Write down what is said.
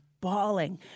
bawling